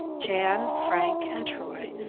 jan, frank, and troy,